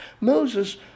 Moses